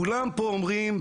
כולם פה אומרים,